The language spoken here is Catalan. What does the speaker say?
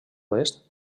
oest